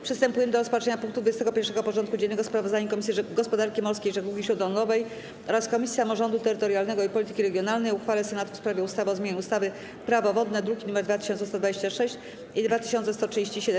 Przystępujemy do rozpatrzenia punktu 21. porządku dziennego: Sprawozdanie Komisji Gospodarki Morskiej i Żeglugi Śródlądowej oraz Komisji Samorządu Terytorialnego i Polityki Regionalnej o uchwale Senatu w sprawie ustawy o zmianie ustawy - Prawo wodne (druki nr 2126 i 2137)